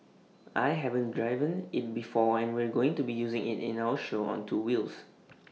I haven't driven IT before and we're going to be using IT in our show on two wheels